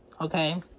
okay